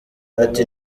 ati